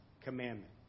commandment